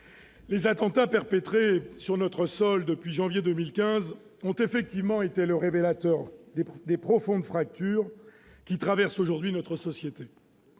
les attentats perpétrés sur notre sol depuis le mois de janvier 2015 ont effectivement été le révélateur des profondes fractures qui traversent aujourd'hui notre société.